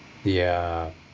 ya